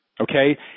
Okay